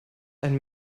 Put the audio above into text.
ein